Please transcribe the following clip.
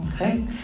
Okay